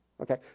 okay